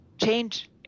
Change